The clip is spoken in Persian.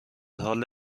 حال